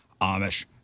Amish